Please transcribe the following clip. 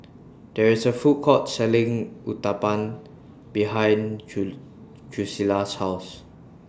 There IS A Food Court Selling Uthapam behind Julisa's House